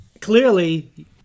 Clearly